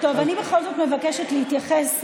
אני בכל זאת מבקשת להתייחס,